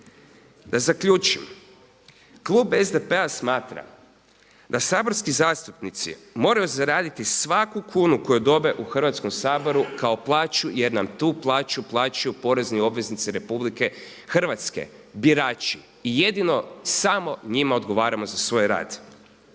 Da zaključim, klub SDP-a smatra da saborski zastupnici moraju zaraditi svaku kunu koju dobe u Hrvatskom saboru kao plaću jer nam tu plaću uplaćuju porezni obveznici RH birači i jedino samo njima odgovaramo za svoj rad.